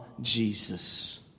Jesus